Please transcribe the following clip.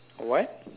what